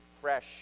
fresh